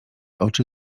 oczy